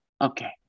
Okay